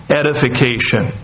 edification